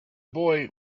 boy